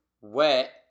wet